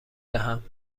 دهم